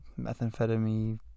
Methamphetamine